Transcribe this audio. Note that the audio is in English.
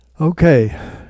Okay